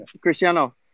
Cristiano